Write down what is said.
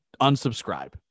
unsubscribe